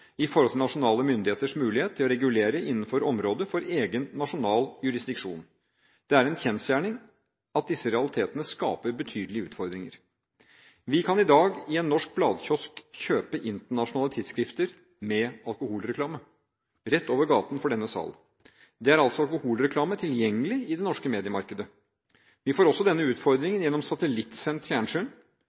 i forhold til nasjonale myndigheters mulighet til å regulere innenfor området for egen nasjonal jurisdiksjon. Det er en kjensgjerning at disse realitetene skaper betydelige utfordringer. Vi kan i dag i en norsk bladkiosk kjøpe internasjonale tidsskrifter med alkoholreklame – rett over gaten for denne sal. Det er altså alkoholreklame tilgjengelig i det norske mediemarkedet. Vi får også denne utfordringen gjennom satellittsendt